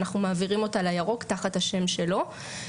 אנחנו מעבירים אותה לירוק תחת השם שלו.